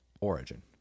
origin